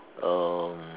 um